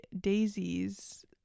daisies